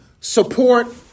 support